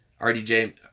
RDJ